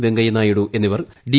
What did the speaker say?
വെങ്കയ്യനായിഡു എന്നിവർ ഡി